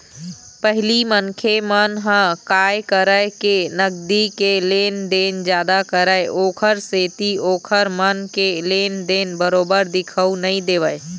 पहिली मनखे मन ह काय करय के नगदी के लेन देन जादा करय ओखर सेती ओखर मन के लेन देन बरोबर दिखउ नइ देवय